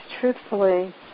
truthfully